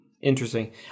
Interesting